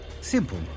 Simple